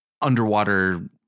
underwater